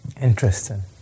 interesting